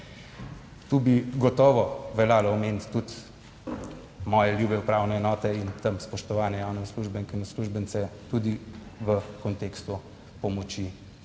Tu bi gotovo veljalo omeniti tudi moje ljube upravne enote in tam, spoštovane javne uslužbenke in uslužbence, tudi v kontekstu pomoči